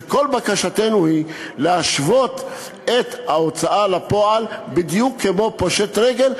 וכל בקשתנו היא להשוות את החייב בהוצאה לפועל בדיוק כמו לפושט רגל,